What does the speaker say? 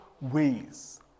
ways